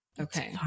Okay